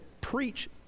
preach